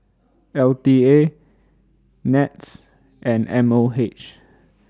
L T A Nets and M O H